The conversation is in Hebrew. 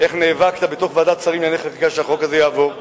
איך נאבקת בתוך ועדת השרים לענייני חקיקה שהחוק הזה יעבור.